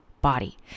body